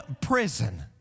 prison